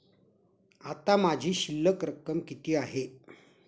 आता माझी शिल्लक रक्कम किती आहे?